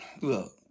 look